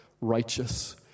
righteous